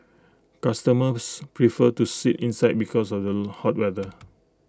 customers prefer to sit inside because of the hot weather